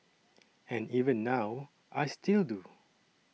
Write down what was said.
and even now I still do